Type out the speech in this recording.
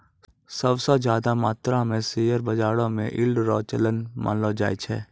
सब स ज्यादा मात्रो म शेयर बाजारो म यील्ड रो चलन मानलो जाय छै